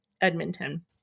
Edmonton